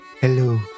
Hello